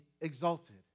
exalted